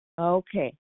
Okay